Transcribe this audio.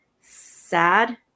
sad